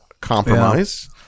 compromise